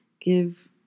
give